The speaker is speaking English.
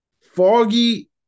foggy